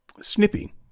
snippy